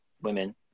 women